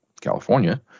California